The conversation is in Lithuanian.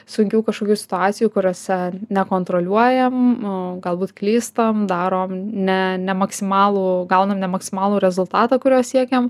sunkių kažkokių situacijų kuriose nekontroliuojam aaa galbūt klystam darom ne ne maksimalų gaunam ne maksimalų rezultatą kurio siekiam